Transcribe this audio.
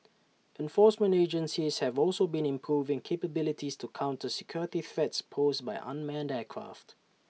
enforcement agencies have also been improving capabilities to counter security threats posed by unmanned aircraft